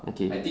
okay